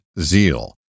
zeal